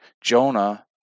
Jonah